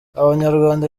abanyarwanda